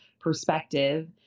perspective